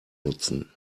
nutzen